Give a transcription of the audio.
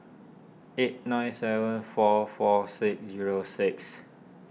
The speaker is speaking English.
eight nine seven four four six zero six